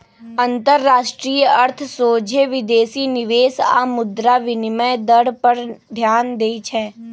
अंतरराष्ट्रीय अर्थ सोझे विदेशी निवेश आऽ मुद्रा विनिमय दर पर ध्यान देइ छै